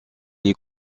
les